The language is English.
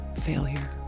failure